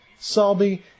Salby